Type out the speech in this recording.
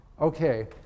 okay